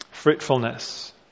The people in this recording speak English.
Fruitfulness